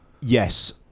Yes